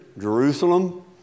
Jerusalem